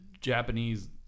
Japanese